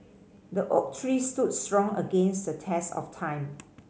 the oak tree stood strong against the test of time